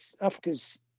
Africa's